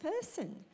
person